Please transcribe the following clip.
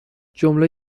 جمله